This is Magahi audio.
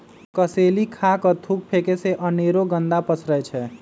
कसेलि खा कऽ थूक फेके से अनेरो गंदा पसरै छै